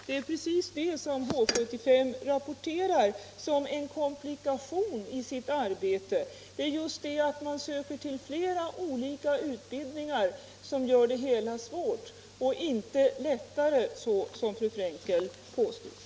Det är precis det som Vård-76 rapporterar som en komplikation i sitt arbete. Det är just detta att man söker till flera utbildningar som gör det hela svårt och inte lättare, såsom fru Fraenkel påstod.